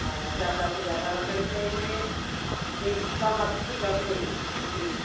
हाँ ज़्यादा से ज़्यादा लकड़ी चाहिए और एक दम अच्छी लकड़ी सूखी